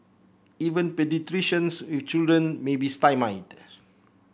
even paediatricians with children may be stymied